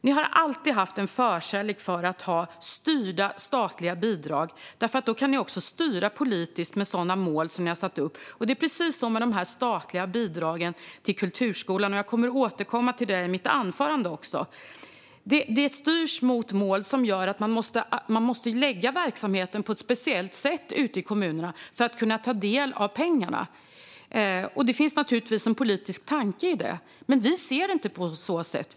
Ni har alltid haft en förkärlek för styrda statliga bidrag, för då kan ni också styra politiskt mot sådana mål som ni har satt upp. Det är precis så med de statliga bidragen till kulturskolan. Jag kommer att återkomma till det i mitt anförande. De styrs mot mål som gör att man måste lägga verksamheten på ett speciellt sätt ute i kommunerna för att kunna ta del av pengarna. Det finns naturligtvis en politisk tanke i det. Men vi ser det inte på det sättet.